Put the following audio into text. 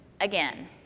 Again